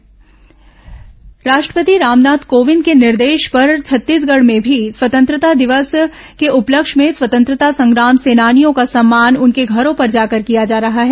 स्वतंत्रता संग्राम सेनानी सम्मान राष्ट्रपति रामनाथ कोविंद के निर्देश पर छत्तीसगढ़ में भी स्वतंत्रता दिवस के उपलक्ष्य में स्वतंत्रता संग्राम सेनानियों का सम्मान उनके घरों पर जाकर किया जा रहा है